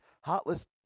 heartless